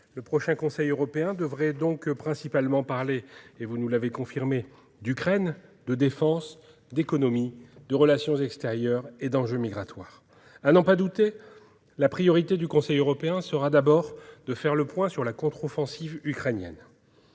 le prochain Conseil européen devrait principalement parler d'Ukraine, de défense, d'économie, de relations extérieures et d'enjeux migratoires. À n'en pas douter, la priorité du Conseil européen sera de faire le point sur la contre-offensive ukrainienne.